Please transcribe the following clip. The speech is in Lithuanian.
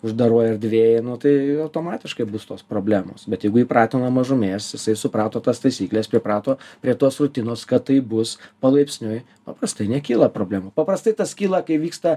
uždaroj erdvėje nu tai automatiškai bus tos problemos bet jeigu įprato nuo mažumės jisai suprato tas taisykles priprato prie tos rutinos kad taip bus palaipsniui paprastai nekyla problemų paprastai tas kyla kai vyksta